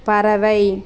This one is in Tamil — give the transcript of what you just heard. பறவை